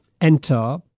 Enter